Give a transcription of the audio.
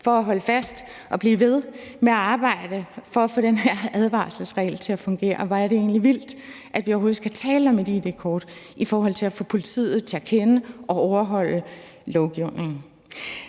for at holde fast og blive ved med at arbejde for at få den her advarselsregel til at fungere. Hvor er det egentlig vildt, at vi overhovedet skal tale om et id-kort for at få politiet til at kende og overholde lovgivningen.